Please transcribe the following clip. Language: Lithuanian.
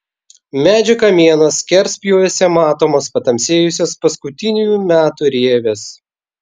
medžio kamieno skerspjūviuose matomos patamsėjusios paskutiniųjų metų rievės